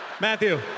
Matthew